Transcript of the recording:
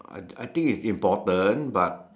I I think it's important but